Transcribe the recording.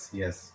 yes